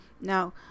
now